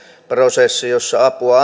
prosessi jossa apua